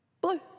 blue